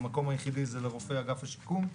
המקום היחידי זה לרופאי אגף השיקום,